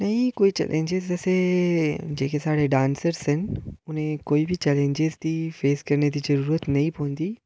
नेईं कोई चैलेंजिंस असें जेह्के साढ़े डांनसर्स न उ'नेंगी कोई बी चैलेंजिंस गी फेस करने दी कोई जरूरत नेईं पौंदी